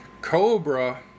Cobra